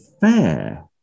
fair